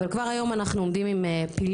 אבל כבר היום אנחנו עומדים עם פילים